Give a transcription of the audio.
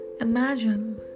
imagine